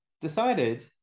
decided